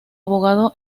abogado